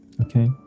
Okay